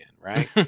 right